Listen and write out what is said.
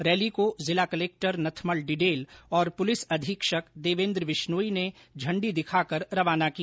rally को जिला collector Nathmal Didel और पुलिस अधीक्षक देवेंद्र बिश्नोई ने झंडी दिखाकर रवाना किया